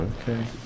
Okay